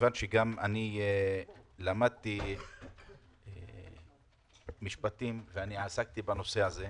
מכיוון שגם אני למדתי משפטים ואני עסקתי בנושא הזה,